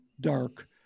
dark